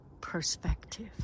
perspective